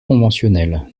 conventionnelle